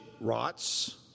rots